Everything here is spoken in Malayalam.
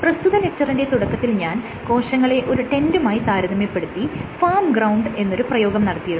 പ്രസ്തുത ലെക്ച്ചറിന്റെ തുടക്കത്തിൽ ഞാൻ കോശങ്ങളെ ഒരു ടെന്റുമായി താരതമ്യപ്പെടുത്തി ഫേർമ് ഗ്രൌണ്ട് എന്നൊരു പ്രയോഗം നടത്തിയിരുന്നു